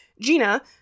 Gina